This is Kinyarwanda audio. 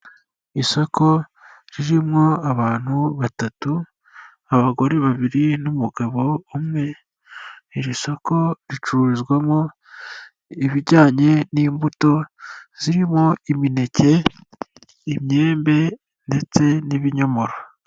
Isoko ririmo abantu batatu, abagore babiri n'umugabo umwe, iri soko ricururizwamo ibijyanye n'imbuto zirimo imineke, imyembe, ndetse n'ibinyomoro.